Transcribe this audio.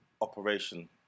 operation